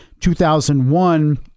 2001